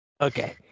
okay